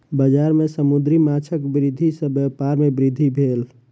बजार में समुद्री माँछक वृद्धि सॅ व्यापार में वृद्धि भेल